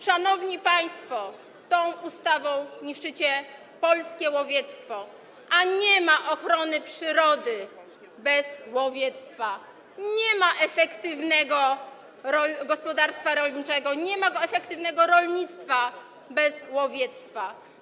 Szanowni państwo, tą ustawą niszczycie polskie łowiectwo, a nie ma ochrony przyrody bez łowiectwa, nie ma efektywnego gospodarstwa rolniczego, nie ma efektywnego rolnictwa bez łowiectwa.